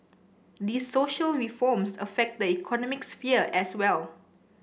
these social reforms affect the economic sphere as well